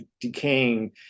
decaying